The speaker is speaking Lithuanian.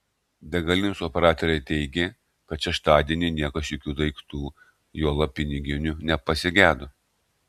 degalinės operatoriai teigė kad šeštadienį niekas jokių daiktų juolab piniginių nepasigedo